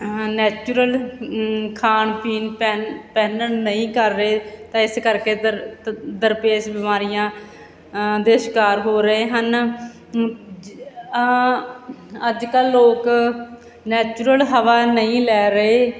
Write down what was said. natural ਖਾਣ ਪੀਣ ਪਹਿ ਪਹਿਨਣ ਨਹੀਂ ਕਰ ਰਹੇ ਤਾਂ ਇਸ ਕਰਕੇ ਦਰਪੇਸ਼ ਬਿਮਾਰੀਆਂ ਦੇ ਸ਼ਿਕਾਰ ਹੋ ਰਹੇ ਹਨ ਅੱਜ ਕੱਲ੍ਹ ਲੋਕ ਨੈਚੁਰਲ ਹਵਾ ਨਹੀਂ ਲੈ ਰਹੇ